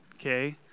okay